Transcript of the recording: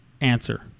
answer